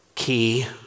key